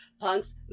punks